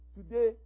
Today